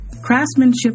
craftsmanship